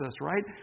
right